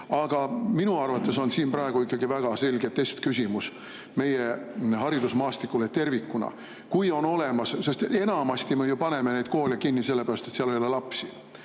Aga minu arvates on siin praegu ikkagi väga selge testküsimus meie haridusmaastikule tervikuna. Kui on olemas … Enamasti me paneme neid koole kinni ju sellepärast, et seal ei ole lapsi.